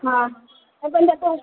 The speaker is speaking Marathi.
हां नाही पण त्याचा